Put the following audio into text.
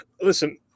listen